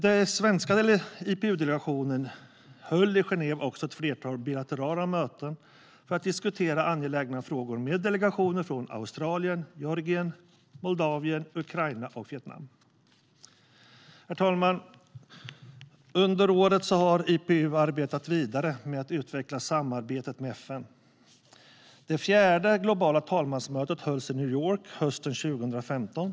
Den svenska IPU-delegationen höll ett flertal bilaterala möten i Genève för att diskutera angelägna frågor, med delegationer från Australien, Georgien, Moldavien, Ukraina och Vietnam. Herr talman! Under året har IPU arbetat vidare med att utveckla samarbetet med FN. Det fjärde globala talmansmötet hölls i New York hösten 2015.